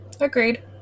Agreed